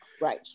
Right